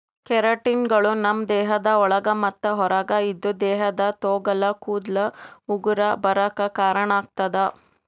ಕೆರಾಟಿನ್ಗಳು ನಮ್ಮ್ ದೇಹದ ಒಳಗ ಮತ್ತ್ ಹೊರಗ ಇದ್ದು ದೇಹದ ತೊಗಲ ಕೂದಲ ಉಗುರ ಬರಾಕ್ ಕಾರಣಾಗತದ